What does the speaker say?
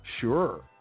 sure